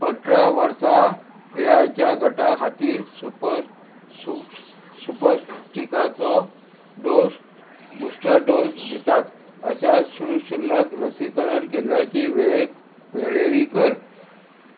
अठरा वर्सां पिरायेच्या गटा खातीर सुप सुपटिकाचो डोस बुस्टर डोस दितात अशा सुशुल्क लसीकरण केंद्राची वेळे वेळेरी कर